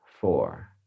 four